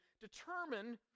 determine